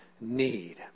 need